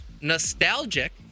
nostalgic